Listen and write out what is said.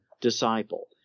disciple